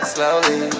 Slowly